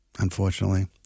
Unfortunately